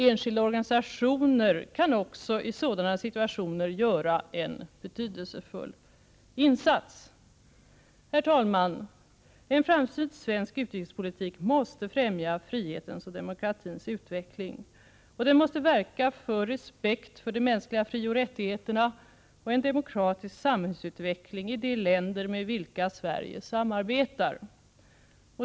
Enskilda organisationer kan också i sådana situationer göra en betydelsefull insats. Herr talman! En framsynt svensk utrikespolitik måste främja frihetens och demokratins utveckling. Den måste verka för respekt för de mänskliga frioch rättigheterna och en demokratisk samhällsutveckling i de länder med vilka Sverige samarbetar.